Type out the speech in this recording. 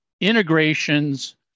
integrations